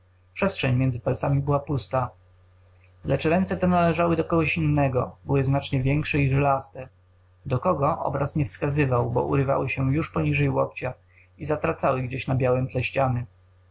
przestrzeń między palcami była pusta lecz ręce te należały do kogoś innego były znacznie większe i żylaste do kogo obraz nie wskazywał bo urywały się już poniżej łokcia i zatracały gdzieś na białem tle ściany